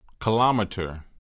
Kilometer